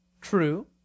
True